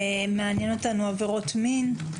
מעניין אותנו עבירות מין.